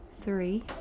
three